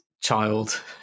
child